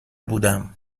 بودم